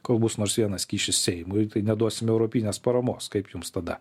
kol bus nors vienas kyšis seimui tai neduosim europinės paramos kaip jums tada